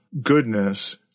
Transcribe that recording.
goodness